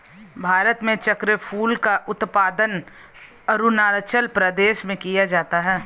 भारत में चक्रफूल का उत्पादन अरूणाचल प्रदेश में किया जाता है